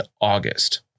August